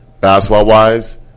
basketball-wise